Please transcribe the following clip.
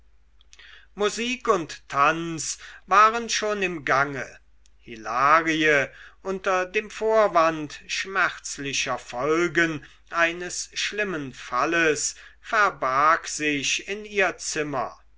musik und tanz waren schon im gange hilarie unter dem vorwand schmerzlicher folgen eines schlimmen falles verbarg sich in ihr zimmer